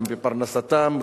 גם בפרנסתם,